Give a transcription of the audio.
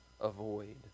avoid